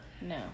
No